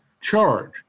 charge